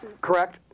correct